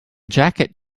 jacket